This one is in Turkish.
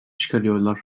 çıkarıyorlar